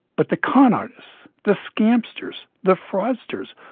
but the con artists, the scamsters, the fraudsters,